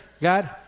God